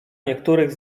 niektórych